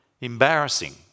Embarrassing